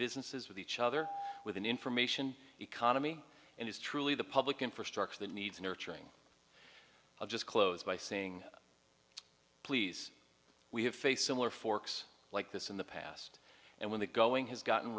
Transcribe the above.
businesses with each other with an information economy and it's truly the public infrastructure that needs nurturing i'll just close by saying please we have faced similar forks like this in the past and when the going has gotten